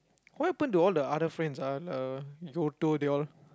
what happen to all the other friends ah the they all